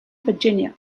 virginia